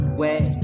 wet